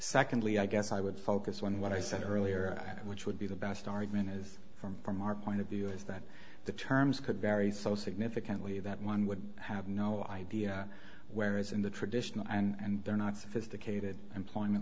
secondly i guess i would focus on what i said earlier which would be the best argument is from from our point of view is that the terms could vary so significantly that one would have no idea where as in the traditional and they're not sophisticated employment